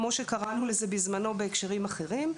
כמו שקראנו לזה בזמנו בהקשרים אחרים.